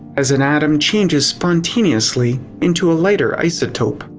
as an atom changes spontaneously into a lighter isotope.